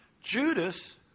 Judas